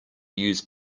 use